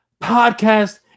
podcast